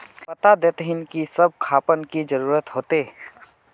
बता देतहिन की सब खापान की जरूरत होते?